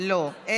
לא.